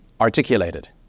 articulated